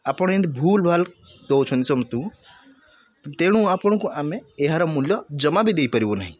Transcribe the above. ଆପଣ ଏମିତି ଭୁଲ୍ଭାଲ ଦେଉଛନ୍ତି ସମସ୍ତଙ୍କୁ ତେଣୁ ଆପଣଙ୍କୁ ଆମେ ଏହାର ମୂଲ୍ୟ ଜମା ବି ଦେଇପାରିବୁ ନାହିଁ